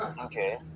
Okay